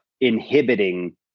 inhibiting